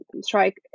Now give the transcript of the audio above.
strike